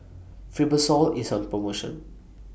Fibrosol IS on promotion